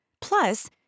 Plus